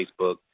Facebook